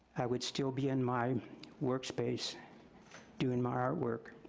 i would still be in my work space doing my artwork.